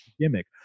Gimmick